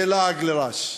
זה לעג לרש.